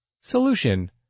Solution